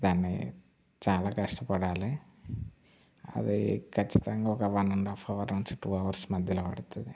దాన్ని చాలా కష్టపడాలి అదీ ఖచ్చితంగా ఒక వన్ అండ్ ఆఫ్ అవర్ నుంచి టూ అవర్స్ మధ్యలో పడుతుంది